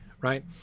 right